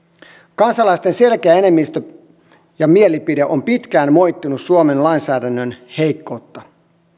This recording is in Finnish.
kansalaisten selkeä enemmistö ja mielipide on pitkään moittinut suomen lainsäädännön heikkoutta